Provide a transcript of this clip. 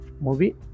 movie